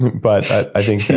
but i think